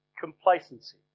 complacency